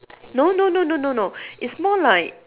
no no no no no no is more like